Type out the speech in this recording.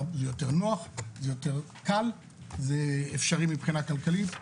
זה יותר נוח, זה יותר קל, זה אפשרי מבחינה כלכלית.